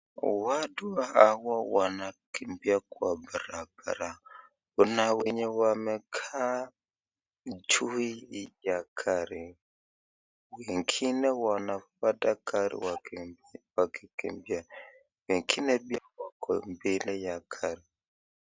Watu hawa wanakimbia kwa barabara, kuna wenye wamekaa juu ya gari, wengine wanapanda gari wakikimbia, wengine pia wako mbele ya gari.